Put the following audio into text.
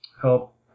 help